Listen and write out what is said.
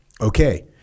okay